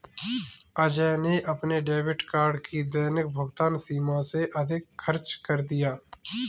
अजय ने अपने debit card की दैनिक भुगतान सीमा से अधिक खर्च कर दिया